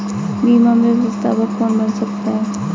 बीमा में प्रस्तावक कौन बन सकता है?